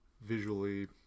visually